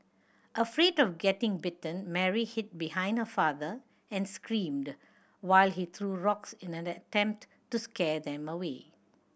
afraid of getting bitten Mary hid behind her father and screamed while he threw rocks in an attempt to scare them away